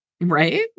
Right